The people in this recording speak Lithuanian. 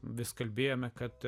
vis kalbėjome kad